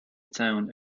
town